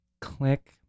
click